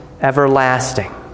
everlasting